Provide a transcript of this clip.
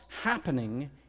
happening